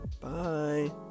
bye